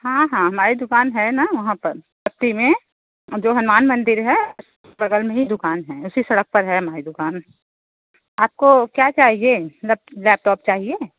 हाँ हाँ हमारी दुकान है ना वहाँ पर पट्टी में जो हनुमान मंदिर है बगल में ही दुकान है उसी सड़क पर है हमारी दुकान आपको क्या चाहिए लैपटॉप चाहिए लैप